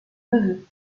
neveu